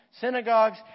synagogues